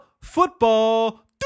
football